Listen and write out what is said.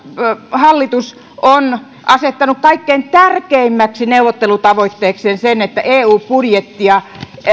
hallitus on asettanut kaikkein tärkeimmäksi neuvottelutavoitteekseen sen että eu budjettia